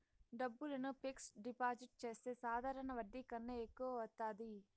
డబ్బులను fixed deposit చేస్తే సాధారణ వడ్డీ కన్నా ఎక్కువ వత్తాది